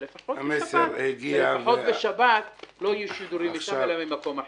שלפחות בשבת לא יהיו שידורים משם אלא ממקום אחר.